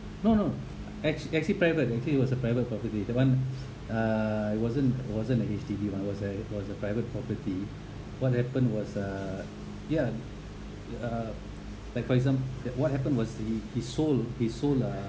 no no act~ actually private actually it was a private property that one uh it wasn't wasn't a H_D_B but was a was a private property what happened was uh ya uh like for exam~ that what happened was the he sold he sold uh